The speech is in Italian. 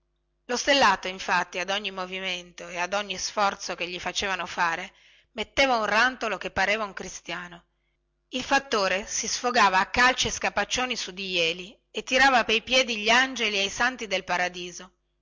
lo stellato infatti ad ogni movimento e ad ogni sforzo che gli facevano fare metteva un rantolo che pareva un cristiano il fattore si sfogava a calci e scapaccioni su di jeli e tirava pei piedi gli angeli e i santi del paradiso